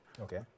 Okay